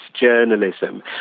journalism